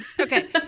Okay